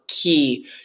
key